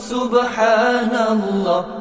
Subhanallah